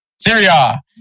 Syria